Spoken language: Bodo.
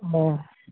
अ